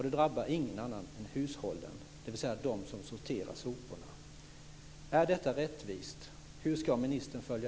Det drabbar ingen annan än hushållen, dvs. de som sorterar soporna.